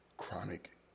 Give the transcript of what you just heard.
chronic